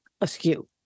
askew